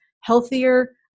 healthier